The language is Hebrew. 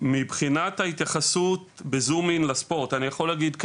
מבחינת ההתייחסות בזום אין לספורט אני יכול להגיד כך,